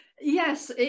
Yes